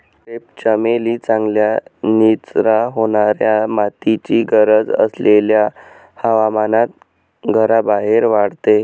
crepe चमेली चांगल्या निचरा होणाऱ्या मातीची गरज असलेल्या हवामानात घराबाहेर वाढते